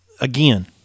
Again